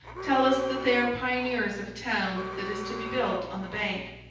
tell us that they are pioneers of a town that is to be built on the bank.